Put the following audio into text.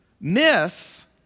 miss